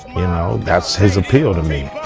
you know, that's his appeal to me.